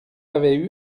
avaient